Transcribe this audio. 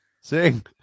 Sing